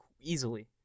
easily